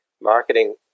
marketing